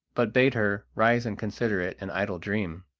but bade her rise and consider it an idle dream.